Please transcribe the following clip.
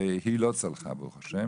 וזה לא צלח, ברוך ה',